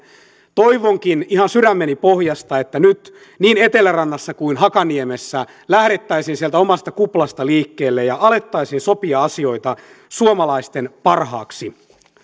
toivonkin ihan sydämeni pohjasta että nyt niin etelärannassa kuin hakaniemessä lähdettäisiin sieltä omasta kuplasta liikkeelle ja alettaisiin sopia asioita suomalaisten parhaaksi